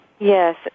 Yes